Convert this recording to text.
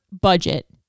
budget